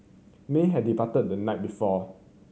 may had departed the night before